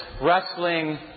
wrestling